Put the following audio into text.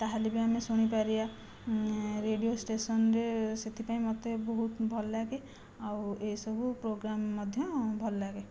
ତା'ହେଲେ ବି ଆମେ ଶୁଣିପାରିବା ରେଡ଼ିଓ ଷ୍ଟେସନରେ ସେଥିପାଇଁ ମୋତେ ବହୁତ ଭଲଲାଗେ ଆଉ ଏହିସବୁ ପ୍ରୋଗ୍ରାମ ମଧ୍ୟ ଭଲଲାଗେ